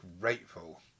grateful